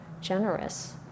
generous